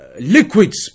liquids